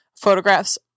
photographs